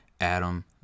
Adam